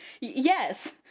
Yes